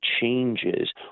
changes